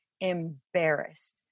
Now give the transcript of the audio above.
embarrassed